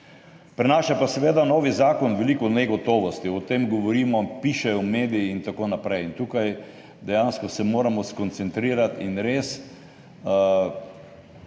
Prinaša pa seveda novi zakon veliko negotovosti. O tem govorimo, pišejo mediji in tako naprej. In tukaj dejansko se moramo skoncentrirati in res